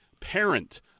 parent